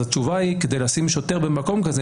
התשובה היא שכדי לשים שוטר במקום כזה,